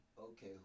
okay